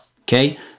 okay